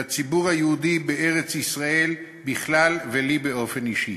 לציבור היהודי בארץ-ישראל בכלל ולי באופן אישי.